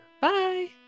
Bye